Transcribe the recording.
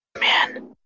man